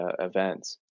events